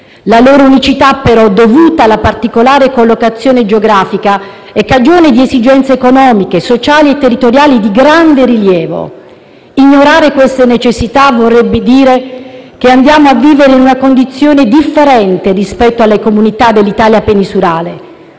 La loro unicità, però, dovuta alla particolare collocazione geografica, è cagione di esigenze economiche, sociali e territoriali di grande rilievo. Ignorare queste necessità vorrebbe dire che andiamo a vivere in una condizione differente rispetto alle comunità dell'Italia peninsulare.